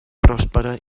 pròspera